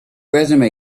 resume